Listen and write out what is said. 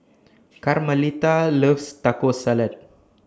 Carmelita loves Taco Salad